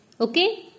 Okay